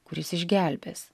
kuris išgelbės